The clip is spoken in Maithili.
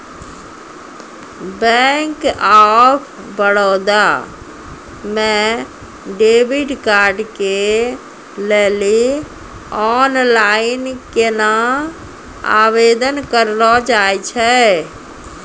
बैंक आफ बड़ौदा मे डेबिट कार्ड के लेली आनलाइन केना आवेदन करलो जाय छै?